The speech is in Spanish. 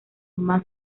más